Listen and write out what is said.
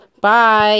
Bye